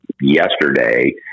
yesterday